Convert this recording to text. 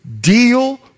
deal